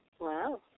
Wow